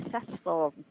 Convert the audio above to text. successful